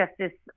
Justice